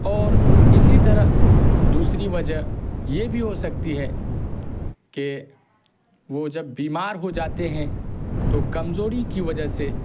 اور اسی طرح دوسری وجہ یہ بھی ہو سکتی ہے کہ وہ جب بیمار ہو جاتے ہیں تو کمزوری کی وجہ سے